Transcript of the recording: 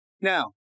Now